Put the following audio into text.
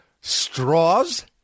straws